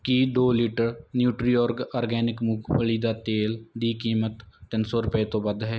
ਕੀ ਦੋ litre Nutriorg organic ਮੂੰਗਫਲੀ ਦਾ ਤੇਲ ਦੀ ਕੀਮਤ ਤਿੰਨ ਸੌ ਰੁਪਏ ਤੋਂ ਵੱਧ ਹੈ